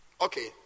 Okay